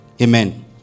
Amen